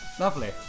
lovely